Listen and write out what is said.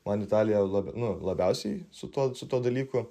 man italija lab nu labiausiai su tuo su tuo dalyku